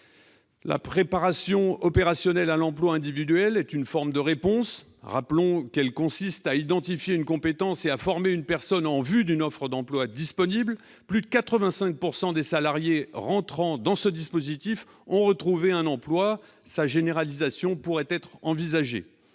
La préparation opérationnelle à l'emploi individuelle est une forme de réponse. Rappelons qu'elle consiste à identifier une compétence et à former une personne en vue d'une offre d'emploi disponible. Plus de 85 % des salariés entrant dans ce dispositif ont retrouvé un emploi. Sa généralisation pourrait être envisagée.